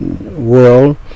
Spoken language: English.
world